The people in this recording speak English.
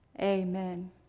Amen